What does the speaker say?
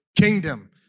kingdom